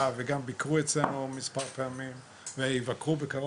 וגם ביקרו אצלנו מספר פעמים ויבקרו בקרוב,